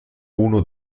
uno